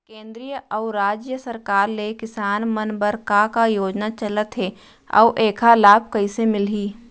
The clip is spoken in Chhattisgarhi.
केंद्र अऊ राज्य सरकार ले किसान मन बर का का योजना चलत हे अऊ एखर लाभ कइसे मिलही?